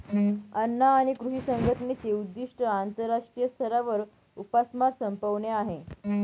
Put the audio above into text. अन्न आणि कृषी संघटनेचे उद्दिष्ट आंतरराष्ट्रीय स्तरावर उपासमार संपवणे आहे